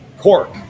cork